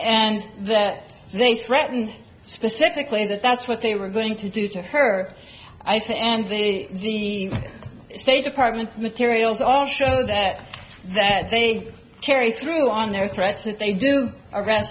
and that they threatened specifically that that's what they were going to do to her i say and the state department materials all show that that they carry through on their threats that they do ar